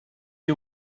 you